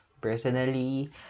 personally